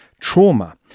trauma